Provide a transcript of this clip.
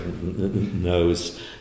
knows